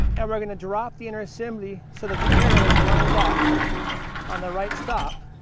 and we're going to drop the inner assembly so that the arrow is lined up on the right stop,